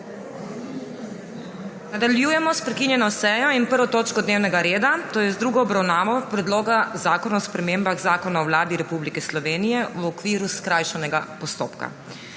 Nadaljujemo s sejoin prekinjeno 1. točko dnevnega reda, to je z drugo obravnavo Predloga zakona o spremembah Zakona o Vladi Republike Slovenije v okviru skrajšanega postopka.